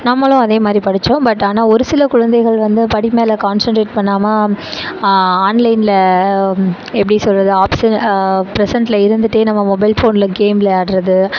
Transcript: நம்மளும் அதேமாதிரி படித்தோம் பட் ஆனால் ஒருசில குழந்தைகள் வந்து படிப்பு மேலே கான்சன்ட்ரேட் பண்ணாமல் ஆன்லைனில் எப்படி சொல்வது ஆப்ஷன் பிரசெண்ட்டில் இருந்துட்டே நம்ம மொபைல் ஃபோனில் கேம் விளையாடறது